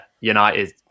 united